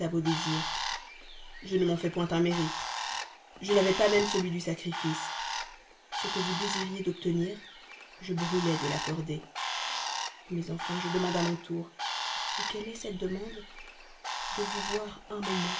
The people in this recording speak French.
à vos désirs je ne m'en fais point un mérite je n'avais pas même celui du sacrifice ce que vous désiriez d'obtenir je brûlais de l'accorder mais enfin je demande à mon tour quelle est donc ma demande de vous voir un moment